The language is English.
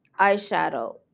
eyeshadow